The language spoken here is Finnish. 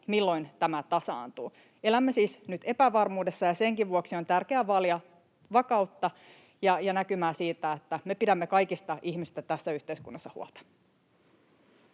milloin tämä tasaantuu. Elämme siis nyt epävarmuudessa, ja senkin vuoksi on tärkeää vaalia vakautta ja näkymää siitä, että pidämme kaikista ihmisistä tästä yhteiskunnassa huolta.